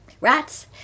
rats